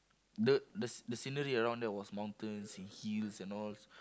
the the the scenery around there was mountains and hills and all